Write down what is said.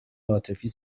عاطفی